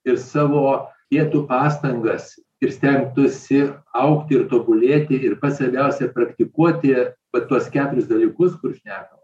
ir savo dėtų pastangas ir stengtųsi augti ir tobulėti ir kas svarbiausia praktikuoti va tuos keturis dalykus kur šnekam